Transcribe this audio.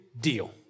deal